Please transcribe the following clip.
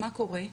מה קורה?